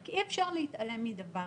אבל אי אפשר להתעלם מכך